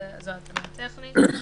זו הקדמה טכנית.